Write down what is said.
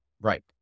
right